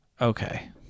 Okay